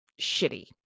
shitty